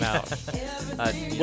out